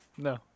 No